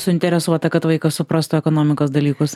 suinteresuota kad vaikas suprastų ekonomikos dalykus